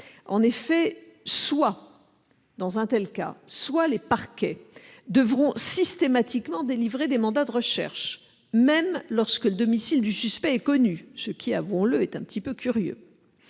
En effet, dans un tel cas, soit les parquets délivreront systématiquement des mandats de recherche, même lorsque le domicile du suspect est connu- ce qui, avouons-le, est quelque peu curieux